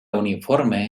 uniforme